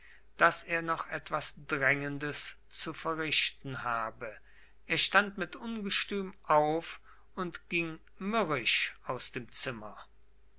daß er noch etwas drängendes zu verrichten habe er stand mit ungestüm auf und ging mürrisch aus dem zimmer